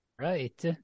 Right